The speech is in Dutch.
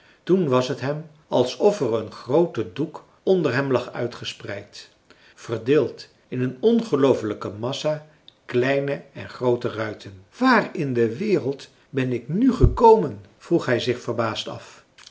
toen was t hem alsof er een groote doek onder hem lag uitgespreid verdeeld in een ongeloofelijke massa kleine en groote ruiten waar in de wereld ben ik nu gekomen vroeg hij zich verbaasd af